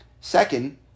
Second